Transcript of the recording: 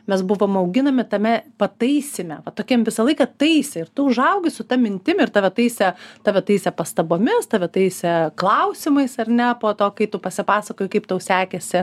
mes buvom auginami tame pataisyme va tokiem visą laiką taisė ir tu užaugi ta mintim ir tave taisė tave taisė pastabomis tave taisė klausimais ar ne po to kai tu pasipasakoji kaip tau sekėsi